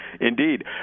Indeed